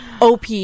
OP